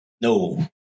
No